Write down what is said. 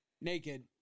naked